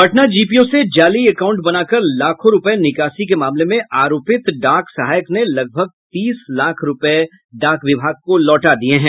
Patna GPO से जाली account बनाकर लाखों रूपये निकासी के मामले में आरोपित डाक सहायक ने लगभग तीस लाख रूपये डाक विभाग को लौटा दिये हैं